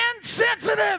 insensitive